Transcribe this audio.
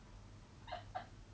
the fapping versus raping